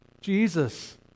Jesus